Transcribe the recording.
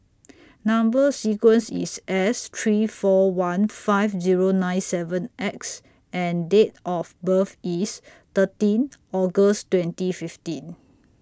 Number sequence IS S three four one five Zero nine seven X and Date of birth IS thirteenth August twenty fifteen